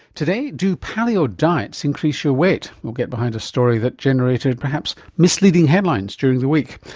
today, do paleo diets increase your weight? we'll get behind a story that generated perhaps misleading headlines during the week.